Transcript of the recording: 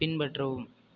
பின்பற்றவும்